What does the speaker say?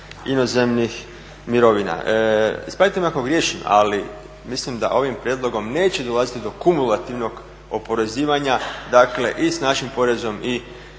inozemnih mirovina. Ispravite me ako griješim, ali mislim da ovim prijedlogom neće dolaziti do kumulativnog oporezivanja, dakle i s našim porezom i